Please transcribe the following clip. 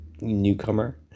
newcomer